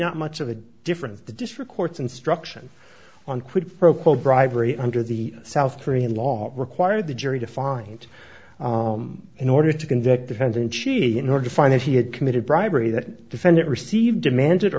not much of a difference the district courts instruction on quid pro quo bribery under the south korean law required the jury to find in order to convict defendant she in order to find that he had committed bribery that defendant received demanded